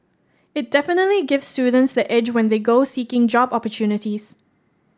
it definitely gives students the edge when they go seeking job opportunities